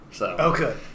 Okay